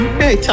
Okay